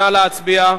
נא להצביע.